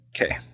Okay